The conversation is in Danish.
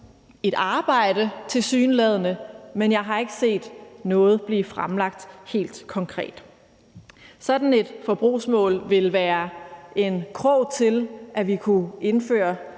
et arbejde om det, men jeg har ikke set noget blive fremlagt helt konkret. Sådan et forbrugsmål vil være en krog til, at vi kunne indføre